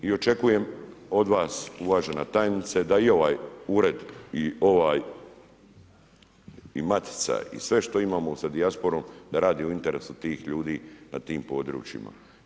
I očekujem od vas uvažena tajnice da i ovaj ured i ovaj i matica i sve što imamo sa dijasporom da radi u interesu tih ljudi na tim područjima.